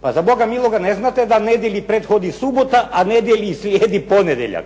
Pa za Boga miloga, ne znate da nedjelji prethodi subota, a nedjelji slijedi ponedjeljak.